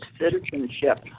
citizenship